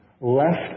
left